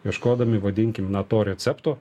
ieškodami vadinkim na to recepto